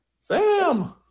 Sam